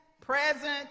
present